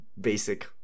basic